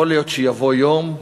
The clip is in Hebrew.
יכול להיות שיבוא יום,